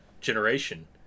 generation